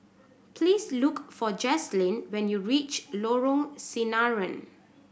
please look for Jazlynn when you reach Lorong Sinaran